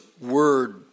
word